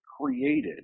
created